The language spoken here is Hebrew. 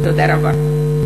תודה רבה.